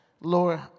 Lord